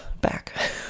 back